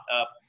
up